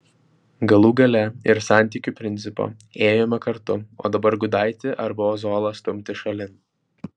galų gale ir santykių principo ėjome kartu o dabar gudaitį arba ozolą stumti šalin